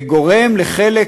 שגורם לחלק